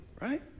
right